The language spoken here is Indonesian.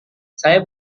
saya